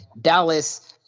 Dallas